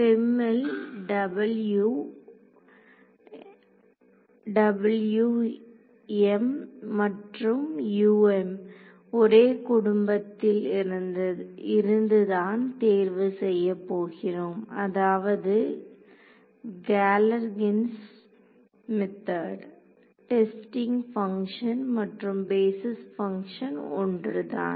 FEM ல் மற்றும் ஒரே குடும்பத்தில் இருந்து தான் தேர்வு செய்யப் போகிறோம் அதாவது Galerkin's method Galerkin's method testing function மற்றும் பேஸிஸ் பங்க்ஷன் ஒன்றுதான்